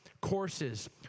courses